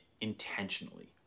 intentionally